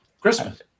Christmas